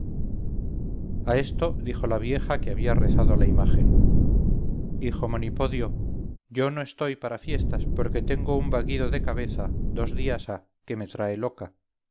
a esto dijo la vieja que había rezado a la imagen hijo monipodio yo no estoy para fiestas porque tengo un vaguido de cabeza dos días ha que me trae loca